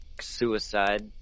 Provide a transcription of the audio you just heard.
suicide